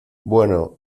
bueno